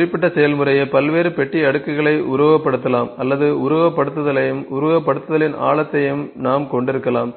இது குறிப்பிட்ட செயல்முறையை பல்வேறு பெட்டி அடுக்குகளை உருவகப்படுத்தலாம் அல்லது உருவகப்படுத்துதலையும் உருவகப்படுத்துதலின் ஆழத்தையும் நாம் கொண்டிருக்கலாம்